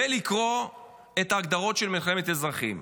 ולקרוא את ההגדרות של מלחמת אזרחים.